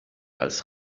als